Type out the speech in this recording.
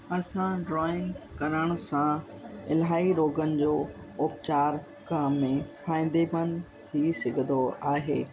असां ड्रॉइंग करण सां इलाही रोगन जो उपचार करण में फ़ाइदेमंद थी सघंदो आहे